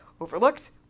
overlooked